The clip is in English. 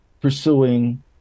pursuing